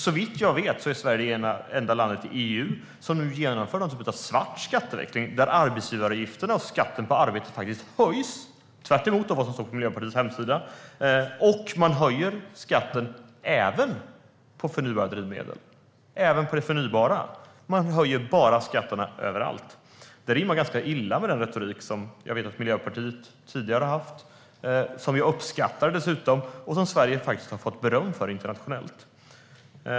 Såvitt jag vet är Sverige det enda land i EU som nu genomför en svart skatteväxling där arbetsgivaravgifterna och skatten på arbete höjs, tvärtemot vad som står på Miljöpartiets hemsida. Dessutom höjer man skatten även på förnybara drivmedel. Man höjer skatterna överallt. Det rimmar ganska illa med den retorik som jag vet att Miljöpartiet tidigare har haft, som vi uppskattar och som Sverige har fått beröm för internationellt.